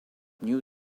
new